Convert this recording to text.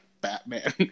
Batman